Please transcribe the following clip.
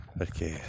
perché